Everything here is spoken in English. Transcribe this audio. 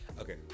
okay